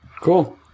Cool